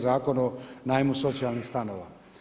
Zakon o najmu socijalnih stanova.